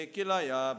Kilaya